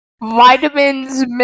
Vitamins